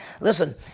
Listen